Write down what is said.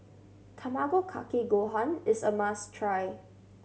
Tamago Kake Gohan is a must try